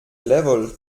level